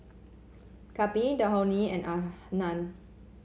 Kapil Dhoni and Anand